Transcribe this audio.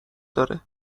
داره